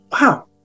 wow